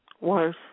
Worse